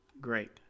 great